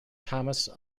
thomas